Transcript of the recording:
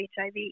HIV